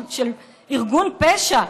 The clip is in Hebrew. של ארגון פשע.